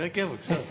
כן, כן, בבקשה.